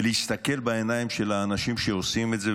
ולהסתכל בעיניים של האנשים שעושים את זה,